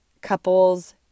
couples